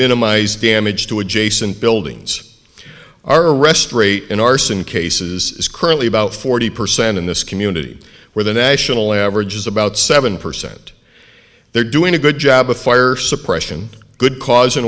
minimize damage to adjacent buildings our arrest rate in arson cases currently about forty percent in this community where the national average is about seven percent they're doing a good job of fire suppression good caus